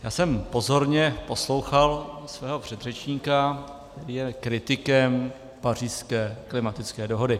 Já jsem pozorně poslouchal svého předřečníka, je kritikem Pařížské klimatické dohody.